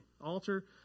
Altar